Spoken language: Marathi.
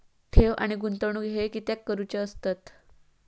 ठेव आणि गुंतवणूक हे कित्याक करुचे असतत?